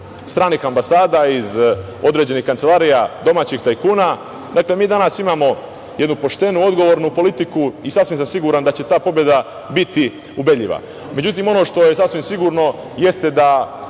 stranih ambasada, iz određenih kancelarija domaćih tajkuna. Dakle, mi danas imamo jednu poštenu, odgovornu politiku i sasvim sam siguran da će ta pobeda biti ubedljiva. Međutim, ono što je sasvim sigurno jeste da